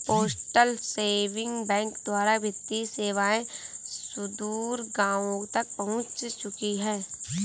postal saving bank द्वारा वित्तीय सेवाएं सुदूर गाँवों तक पहुंच चुकी हैं